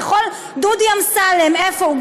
דודי אמסלם, איפה הוא?